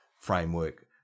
framework